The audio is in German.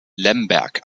lemberg